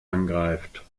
angreift